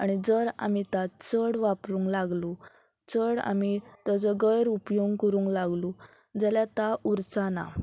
आनी जर आमी ता चड वापरूंक लागलो चड आमी ताचो गैर उपयोग करूंक लागलो जाल्यार ता उरचा ना